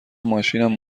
ماشینم